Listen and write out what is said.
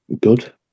good